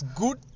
good